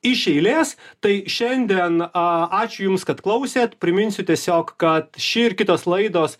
iš eilės tai šiandien a ačiū jums kad klausėt priminsiu tiesiog kad ši ir kitos laidos